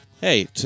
hey